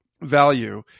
value